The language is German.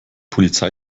polizei